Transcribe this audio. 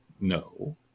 no